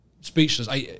speechless